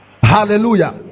Hallelujah